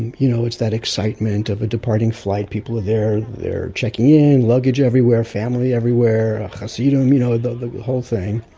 you know, it's that excitement of a departing flight. people are there there checking in, luggage everywhere, family everywhere, hasidim, you know the whole thing.